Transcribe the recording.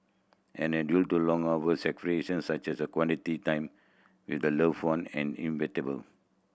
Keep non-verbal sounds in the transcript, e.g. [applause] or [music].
and due to long hours [unintelligible] such as quality time with a loved one and inevitable